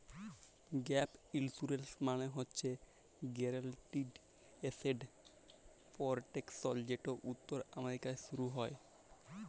gap insurance মালে হছে guaranteed asset protection যেট উত্তর আমেরিকায় শুরু ক্যরা হ্যয়